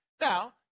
Now